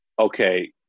okay